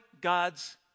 God's